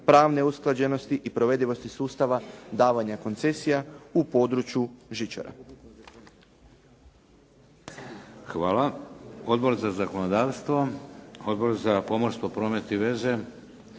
pravne usklađenosti i provedivosti sustava davanja koncesija u području žičara.